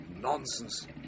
Nonsense